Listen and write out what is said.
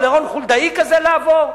או לרון חולדאי כזה לעבור,